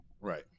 Right